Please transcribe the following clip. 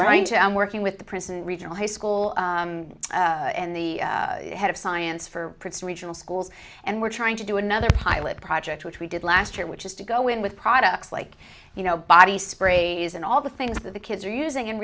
going to i'm working with the prison regional high school in the head of science for regional schools and we're trying to do another pilot project which we did last year which is to go in with products like you know body spray and all the things that the kids are using and